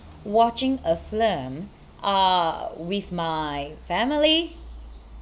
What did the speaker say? watching a film uh with my family